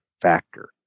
factor